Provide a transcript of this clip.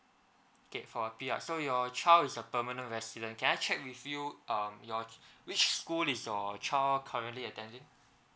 okay for P_R so your child is a permanent resident can I check with you um your which school is your child currently attending